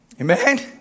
Amen